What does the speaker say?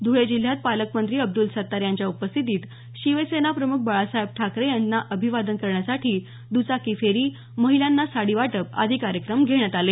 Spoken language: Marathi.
धुळे जिल्ह्यात पालकमंत्री अब्दुल सत्तार यांच्या उपस्थितीत शिवसेनाप्रम्ख बाळासाहेब ठाकरे यांना अभिवादन करण्यासाठी द्चाकी फेरी महिलांना साडी वाटप आदी कार्यक्रम घेण्यात आले